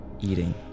Eating